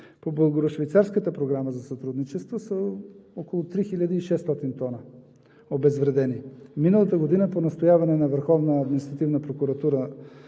По Българо-швейцарската програма за сътрудничество около 3600 тона са обезвредени. Миналата година по настояване на Върховна административна прокуратура